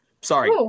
Sorry